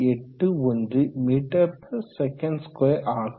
81 ms2 ஆகும்